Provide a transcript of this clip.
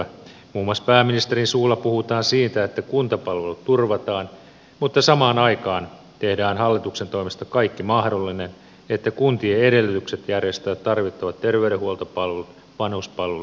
muun muassa pääministerin suulla puhutaan siitä että kuntapalvelut turvataan mutta samaan aikaan tehdään hallituksen toimesta kaikki mahdollinen että kuntien edellytykset järjestää tarvittavat terveydenhuoltopalvelut vanhuspalvelut ja niin edelleen